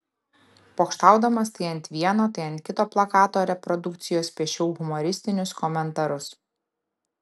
pokštaudamas tai ant vieno tai ant kito plakato reprodukcijos piešiau humoristinius komentarus